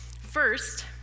First